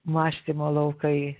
mąstymo laukai